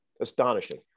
astonishing